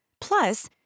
Plus